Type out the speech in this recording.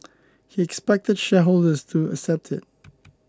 he expected shareholders to accept it